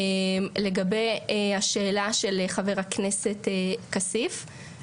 לגבי השאלה של חבר הכנסת כסיף,